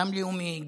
גם לאומי,